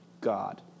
God